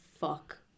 fuck